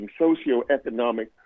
socioeconomic